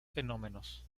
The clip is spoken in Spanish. fenómenos